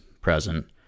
present